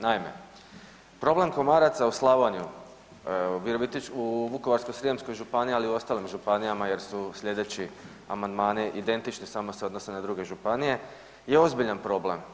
Naime, problem komaraca u Slavoniju, .../nerazumljivo/... u Vukovarsko-srijemskoj županiji, ali i u ostalim županijama jer su sljedeći amandmani identični, samo se odnose na druge županije, je ozbiljan problem.